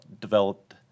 developed